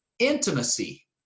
intimacy